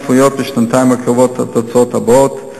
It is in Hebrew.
צפויות בשנתיים הקרובות התוצאות הבאות: